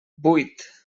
vuit